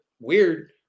weird